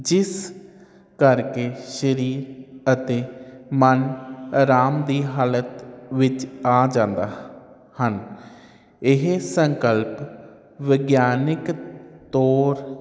ਜਿਸ ਕਰਕੇ ਸਰੀਰ ਅਤੇ ਮਨ ਅਰਾਮ ਦੀ ਹਾਲਤ ਵਿੱਚ ਆ ਜਾਂਦਾ ਹਨ ਇਹ ਸੰਕਲਪ ਵਿਗਿਆਨਿਕ ਤੌਰ